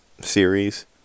series